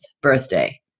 birthday